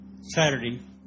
Saturday